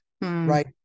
right